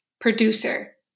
producer